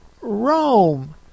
Rome